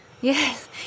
yes